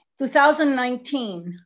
2019